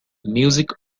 music